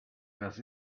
das